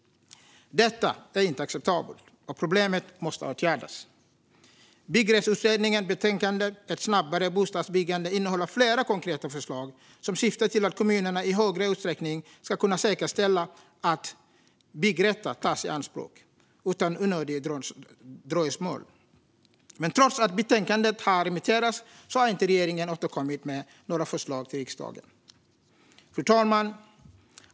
Detta är inte acceptabelt, och problemet måste åtgärdas. Byggrättsutredningens betänkande Ett snabbare bostadsbyggande innehåller flera konkreta förslag som syftar till att kommunerna i högre utsträckning ska kunna säkerställa att byggrätter tas i anspråk utan onödiga dröjsmål. Men trots att betänkandet har remitterats har inte regeringen återkommit med några förslag till riksdagen. Fru talman!